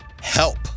Help